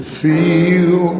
feel